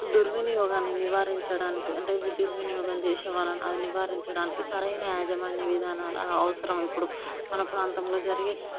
దుర్వినియోగాన్ని నివారించడానికి అంటే ఇవి దుర్వినియోగం చేసే వారిని అది నివారించడానికి సరైన యాజమాన్య విధానాలు అవసరం ఇప్పుడు మన ప్రాంతంలో జరిగే